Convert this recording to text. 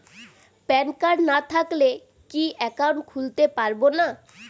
Pan card না থাকলে কি একাউন্ট খুলতে পারবো না?